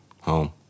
Home